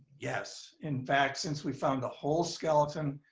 yes. in fact, since we found a whole skeleton,